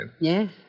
Yes